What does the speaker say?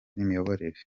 n’imiyoborere